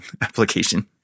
application